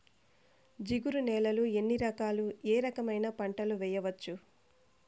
జిగురు నేలలు ఎన్ని రకాలు ఏ రకమైన పంటలు వేయవచ్చును?